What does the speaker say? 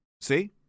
See